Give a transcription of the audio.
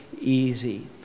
easy